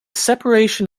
separation